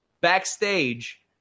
Backstage